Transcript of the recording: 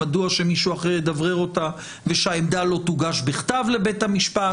מדוע שמישהו אחר ידברר אותה ושהעמדה לא תוגש בכתב לבית המשפט?